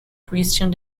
christian